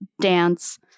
dance